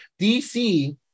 DC